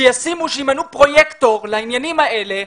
שימנו פרויקטור לעניינים האלה.